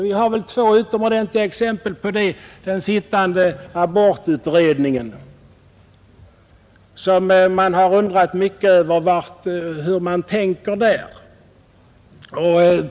Vi har två utomordentliga exempel på det. Det ena är den sittande abortutredningen. Man har undrat mycket över hur ledamöterna där tänker.